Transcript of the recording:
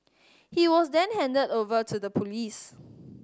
he was then handed over to the police